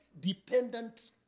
dependent